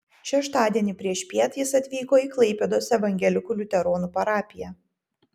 šeštadienį priešpiet jis atvyko į klaipėdos evangelikų liuteronų parapiją